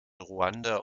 ruanda